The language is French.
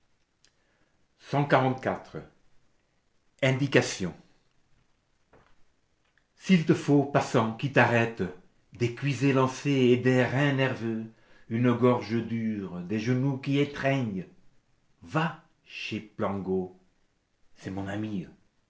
indications s'il te faut passant qui t'arrêtes des cuisses élancées et des reins nerveux une gorge dure des genoux qui étreignent va chez plangô c'est mon amie